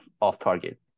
off-target